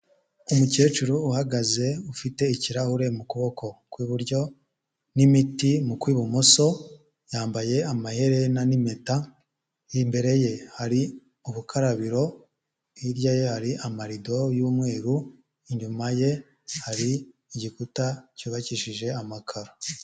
Umukecuru uhagaze ufite ikirahure mu kuboko kw'iburyo, n'imiti mu kw'ibumoso, yambaye amaherena n'impeta, imbere ye hari ubukarabiro, hirya ye hari amarido y'umweru inyuma ye hari igikuta cyubakishije amakaro.